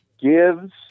gives